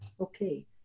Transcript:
okay